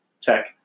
tech